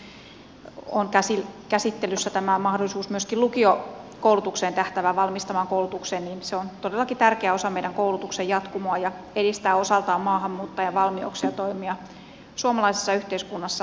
nyt kun on käsittelyssä tämä mahdollisuus myöskin lukiokoulutukseen tähtäävään valmistavaan koulutukseen niin se on todellakin tärkeä osa meidän koulutuksen jatkumoa ja edistää osaltaan maahanmuuttajan valmiuksia toimia suomalaisessa yhteiskunnassa yhdenvertaisesti